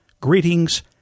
Greetings